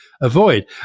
avoid